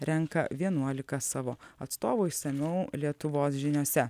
renka vienuolika savo atstovų išsamiau lietuvos žiniose